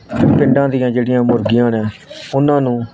ਪਿੰਡਾਂ ਦੀਆਂ ਜਿਹੜੀਆਂ ਮੁਰਗੀਆਂ ਨੇ ਉਹਨਾਂ ਨੂੰ